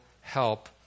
help